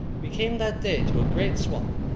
we came that day to a great swamp,